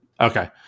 Okay